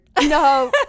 No